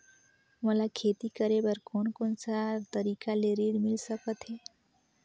मोला खेती करे बर कोन कोन सा तरीका ले ऋण मिल सकथे?